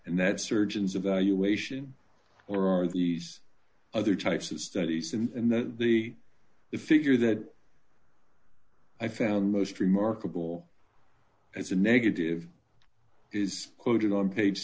and that surgeons evaluation or are these other types of studies and that the figure that i found most remarkable as a negative is quoted on page